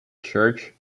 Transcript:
church